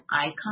icon